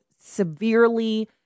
severely